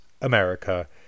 America